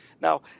Now